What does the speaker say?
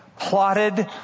plotted